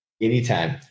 Anytime